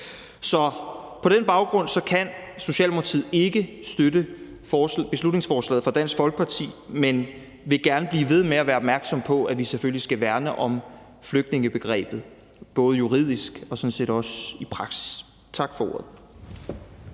Så på den baggrund kan Socialdemokratiet ikke støtte beslutningsforslaget fra Dansk Folkeparti, men vi vil gerne blive ved med at være opmærksom på, at vi selvfølgelig skal værne om flygtningebegrebet, både juridisk og sådan set også i praksis. Tak for ordet.